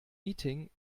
meeting